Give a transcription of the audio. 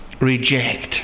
reject